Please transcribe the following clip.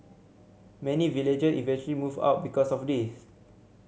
many villager eventually moved out because of this